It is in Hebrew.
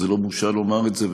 וזו לא בושה לומר את זה,